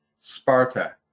Sparta